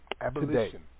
Abolition